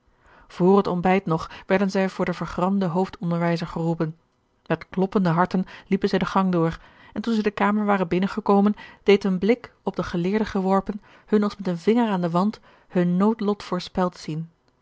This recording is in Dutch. vr het ontbijt nog werden zij voor den vergramden hoofdonderwijzer geroepen met kloppende harten liepen zij den gang door en toen zij de kamer waren binnengekomen deed een blik op den geleerde geworpen hun als met een vinger aan den wand hun noodlot voorspeld zien